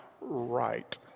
right